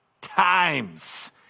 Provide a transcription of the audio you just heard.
times